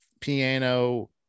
piano